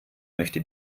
möchte